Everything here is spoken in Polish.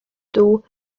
dół